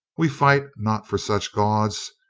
we fight not for such gauds.